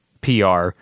PR